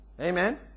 Amen